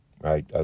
Right